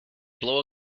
blow